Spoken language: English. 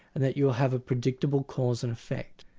and that you'll have a predictable cause and effect,